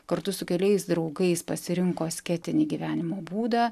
kartu su keliais draugais pasirinko asketinį gyvenimo būdą